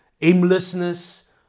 aimlessness